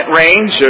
range